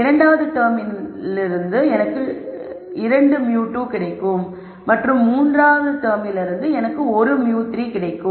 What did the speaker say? இரண்டாவது டெர்மிலிருந்து எனக்கு 2 μ2 கிடைக்கும் மற்றும் மூன்றாவது டெர்மிலிருந்து எனக்கு μ3 கிடைக்கும்